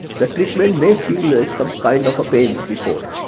the treatment may feel like some kind of a pains before,